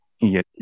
yes